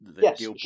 Yes